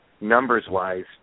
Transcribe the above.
numbers-wise